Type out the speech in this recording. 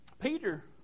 Peter